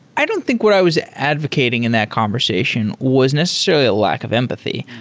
i don't think what i was advocating in that conversation was necessarily a lack of empathy.